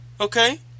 Okay